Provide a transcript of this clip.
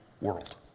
world